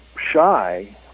shy